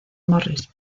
morris